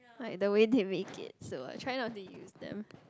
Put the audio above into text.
like the way they make it so I try not to use them